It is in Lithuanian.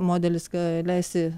modelis ką leisti